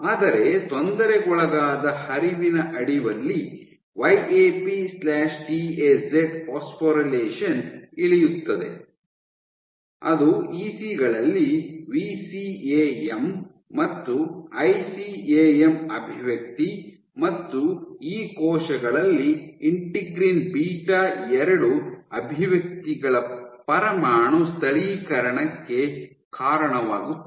ಆದರೆ ತೊಂದರೆಗೊಳಗಾದ ಹರಿವಿನ ಅಡಿಯಲ್ಲಿ Y A P T A Z phosphorylation ಇಳಿಯುತ್ತದೆ ಅದು ಇಸಿ ಗಳಲ್ಲಿ ವಿಸಿಎಎಂ ಮತ್ತು ಐಸಿಎಎಂ ಅಭಿವ್ಯಕ್ತಿ ಮತ್ತು ಈ ಕೋಶಗಳಲ್ಲಿ ಇಂಟಿಗ್ರಿನ್ ಬೀಟಾ ಎರಡು ಅಭಿವ್ಯಕ್ತಿಗಳ ಪರಮಾಣು ಸ್ಥಳೀಕರಣಕ್ಕೆ ಕಾರಣವಾಗುತ್ತದೆ